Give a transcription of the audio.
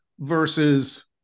versus